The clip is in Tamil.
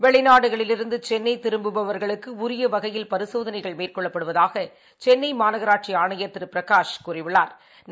வெளிநாடுகளிலிருந்துசென்னைதிரும்புபவர்களுக்குஉரியவகையில் பரிசோகனைகள் மேற்கொள்ளப்படுவதாகசென்னைமாநகராட்சிஆணையா் திருபிரகாஷ் கூறியுள்ளாா்